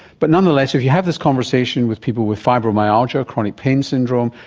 but nonetheless if you have this conversation with people with fibromyalgia, chronic pain syndrome,